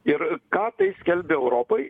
ir ką tai skelbia europai